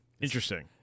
Interesting